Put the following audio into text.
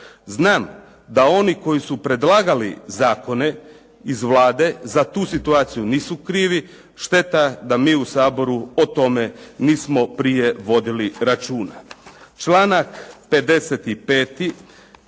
Znam da oni koji su predlagali zakone iz Vlade za tu situaciju nisu krivi. Šteta da mi u Saboru o tome nismo prije vodili računa. Članak 55.